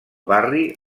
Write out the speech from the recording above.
barri